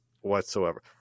whatsoever